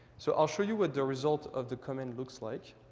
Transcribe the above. so i'll show you what the result of the command looks like.